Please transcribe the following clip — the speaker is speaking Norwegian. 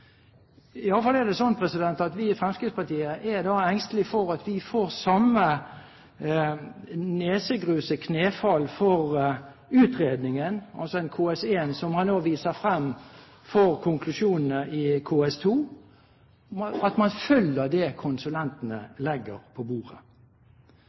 er det slik at vi i Fremskrittspartiet er engstelige for at vi får samme nesegruse knefall for utredningen, altså en KS1 som man nå viser frem for konklusjonene i KS2, at man følger det konsulentene